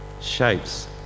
shapes